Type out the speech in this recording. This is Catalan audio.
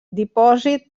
dipòsit